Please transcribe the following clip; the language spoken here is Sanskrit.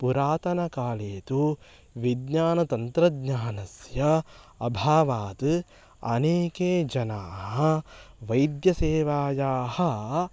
पुरातनकाले तु विज्ञानतन्त्रज्ञानस्य अभावात् अनेके जनाः वैद्यसेवायाः